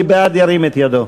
מי בעד, ירים את ידו.